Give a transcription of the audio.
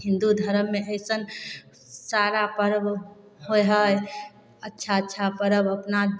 हिन्दू धरममे अइसन सारा पर्व होइ हइ अच्छा अच्छा पर्व अपना